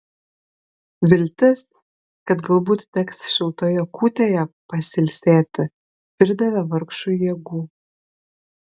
viltis kad galbūt teks šiltoje kūtėje pasilsėti pridavė vargšui jėgų